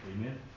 Amen